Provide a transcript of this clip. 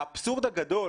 האבסורד הגדול